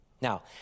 Now